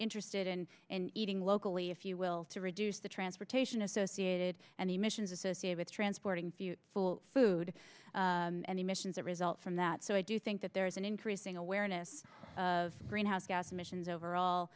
interested in eating locally if you will to reduce the transportation associated and emissions associated with transporting full food and emissions that result from that so i do think that there is an increasing awareness of greenhouse gas emissions overall